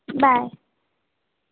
bye